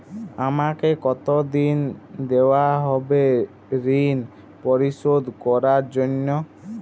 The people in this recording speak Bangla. আমাকে কতদিন দেওয়া হবে ৠণ পরিশোধ করার জন্য?